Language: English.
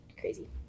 crazy